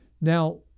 Now